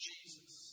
Jesus